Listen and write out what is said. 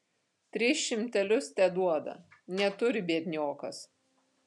tris šimtelius teduoda neturi biedniokas